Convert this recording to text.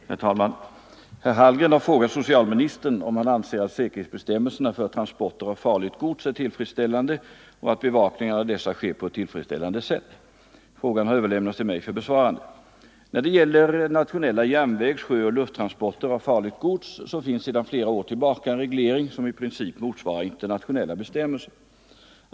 Herr talman! Herr Hallgren har frågat socialministern om han anser att säkerhetsbestämmelserna för transporter av farligt gods är tillfredsställande och att bevakningen av dessa sker på ett tillfredsställande sätt. Frågan har överlämnats till mig för besvarande. När det gäller nationella järnvägs-, sjöoch lufttransporter av farligt gods finns sedan flera år tillbaka en reglering som i princip motsvarar internationella bestämmelser.